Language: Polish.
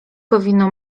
powinno